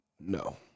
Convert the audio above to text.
No